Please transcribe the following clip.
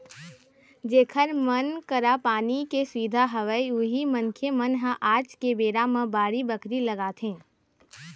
जेखर मन करा पानी के सुबिधा हवय उही मनखे मन ह आज के बेरा म बाड़ी बखरी लगाथे